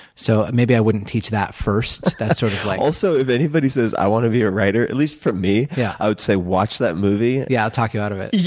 so maybe i wouldn't teach that first that's sort of like also, if anyone says, i want to be a writer, at least, for me, yeah i would say, watch that movie. yeah, it'll talk you out of it. yeah.